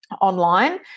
online